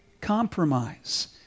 compromise